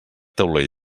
taulell